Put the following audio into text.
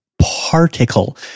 particle